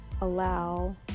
allow